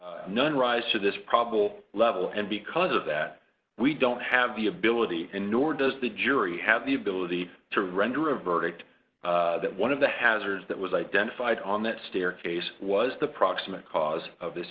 none rise to this problem level and because of that we don't have the ability nor does the jury have the ability to render a verdict that one of the hazards that was identified on that staircase was the proximate cause of this